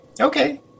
Okay